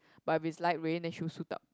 but if it's light rain then she will suit up